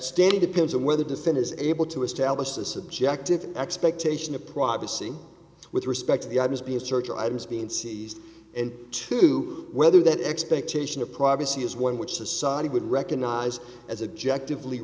stand depends on whether defend is able to establish the subjective expectation of privacy with respect to the items be a search or items being seized and two whether that expectation of privacy is one which society would recognize as objective lee